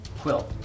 Quill